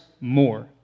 more